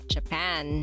Japan